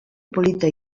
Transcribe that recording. polita